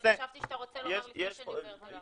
אז חשבתי שאתה רוצה לומר לפני שאני עוברת אליו.